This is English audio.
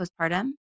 postpartum